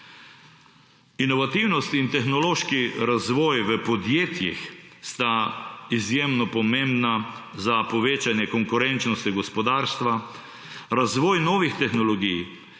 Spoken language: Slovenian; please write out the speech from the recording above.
Inovativnost in tehnološki razvoj v podjetjih sta izjemno pomembna za povečanje konkurenčnosti gospodarstva, razvoj novih tehnologij,